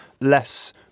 less